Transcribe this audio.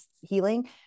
healing